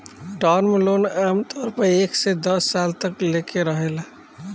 term loan आमतौर पर एक से दस साल तक लेके रहेला